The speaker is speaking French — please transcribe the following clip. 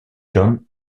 john